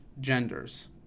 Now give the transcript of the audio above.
genders